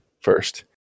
first